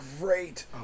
great